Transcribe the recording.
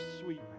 sweet